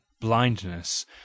blindness